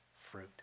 fruit